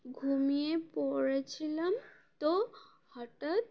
ঘুমিয়ে পড়েছিলাম তো হঠাৎ